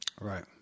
Right